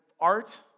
art